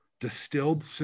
distilled